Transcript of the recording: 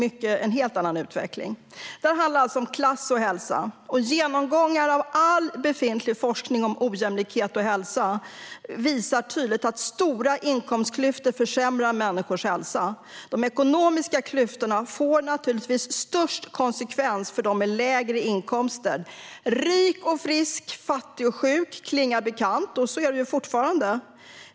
Det handlar alltså om klass och hälsa, och genomgångar av all befintlig forskning om ojämlikhet och hälsa visar tydligt att stora inkomstklyftor försämrar människors hälsa. De ekonomiska klyftorna får naturligtvis störst konsekvenser för dem med lägre inkomster. Rik och frisk - fattig och sjuk klingar bekant, för så är det ju fortfarande.